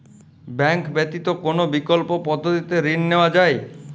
Bank ব্যতিত কোন বিকল্প পদ্ধতিতে ঋণ নেওয়া যায়?